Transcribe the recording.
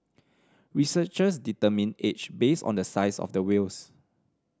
researchers determine age based on the size of the whales